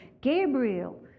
Gabriel